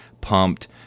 pumped